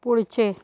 पुढचे